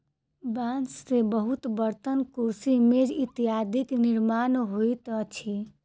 बांस से बहुत बर्तन, कुर्सी, मेज इत्यादिक निर्माण होइत अछि